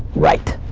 right.